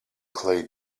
clay